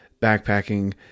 backpacking